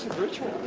ritual.